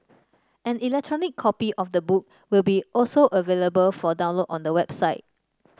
an electronic copy of the book will be also available for download on the website